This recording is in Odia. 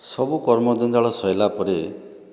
ସବୁ କର୍ମ ଜଞ୍ଜାଳ ସରିଲା ପରେ